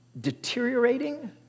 Deteriorating